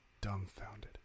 dumbfounded